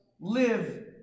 live